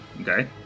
okay